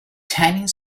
tanning